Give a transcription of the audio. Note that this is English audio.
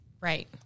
Right